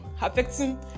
Affecting